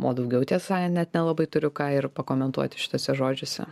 o daugiau tiesą sakant net nelabai turiu ką ir pakomentuoti šituose žodžiuose